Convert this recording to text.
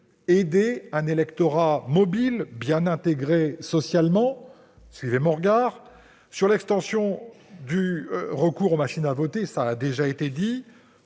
aider un électorat mobile, bien intégré socialement ? Suivez mon regard !... Sur l'extension du recours aux machines à voter, le moratoire